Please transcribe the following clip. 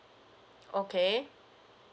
okay